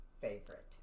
favorite